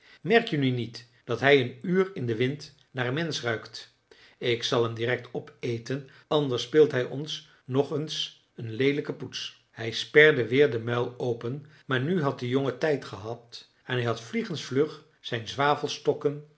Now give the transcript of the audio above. merk je nu niet dat hij een uur in den wind naar een mensch ruikt ik zal hem direct opeten anders speelt hij ons nog eens een leelijke poets hij sperde weer den muil open maar nu had de jongen tijd gehad en hij had vliegens vlug zijn zwavelstokken